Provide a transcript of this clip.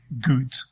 good